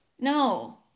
No